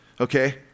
Okay